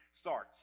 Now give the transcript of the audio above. starts